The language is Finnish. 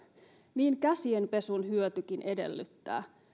niin käsien pesun hyötykin edellyttää